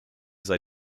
sei